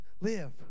live